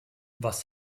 was